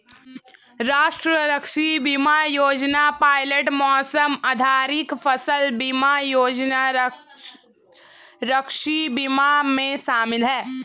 राष्ट्रीय कृषि बीमा योजना पायलट मौसम आधारित फसल बीमा योजना कृषि बीमा में शामिल है